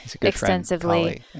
extensively